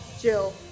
Jill